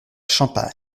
champagne